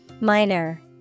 Minor